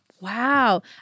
Wow